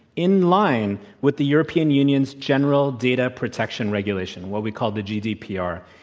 in line with the european union's general data protection regulation what we call the gdpr.